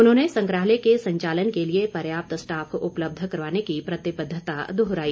उन्होंने संग्रहाल्य के संचालन के लिए पर्याप्त स्टाफ उपलब्ध करवाने की प्रतिबद्धता दोहराई